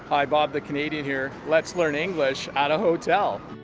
hi, bob the canadian here. let's learn english at a hotel.